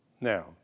Now